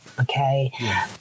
Okay